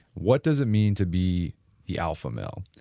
what does it mean to be the alpha male?